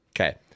Okay